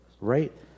right